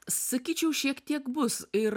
sakyčiau šiek tiek bus ir